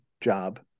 job